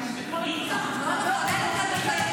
גלעד שליט היה חי --- חברת הכנסת גוטליב,